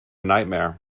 nightmare